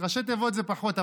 ראשי תיבות זה פחות,